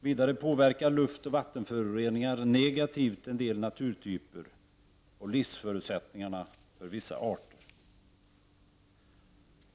Vidare påverkar luftoch vattenföroreningar negativt en del naturtyper och livsförutsättningarna för vissa arter.